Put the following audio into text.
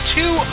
two